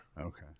Okay